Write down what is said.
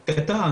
קטן,